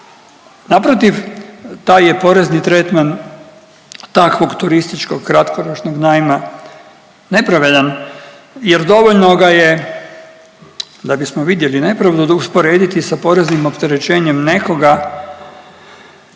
naprotiv taj je porezni tretman takvog turističkog kratkoročnog najma nepravedan jer dovoljno ga je da bismo vidjeli nepravdu usporediti sa poreznim opterećenjem nekoga